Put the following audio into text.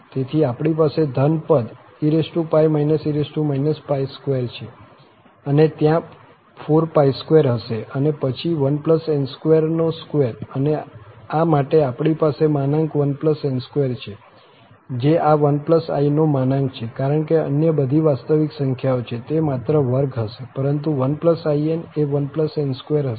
તેથી આપણી પાસે ધન પદ 2 છે અને ત્યાં 42 હશે અને પછી 1n2 2 અને આ માટે આપણી પાસે માનંક 1n2 છે જે આ 1i નો માનંક છે કારણ કે અન્ય બધી વાસ્તવિક સંખ્યાઓ છે તે માત્ર વર્ગ હશે પરંતુ 1in એ 1n2 હશે